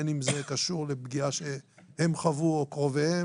בין אם זה קשור לפגיעה שהם חוו או קרוביהם,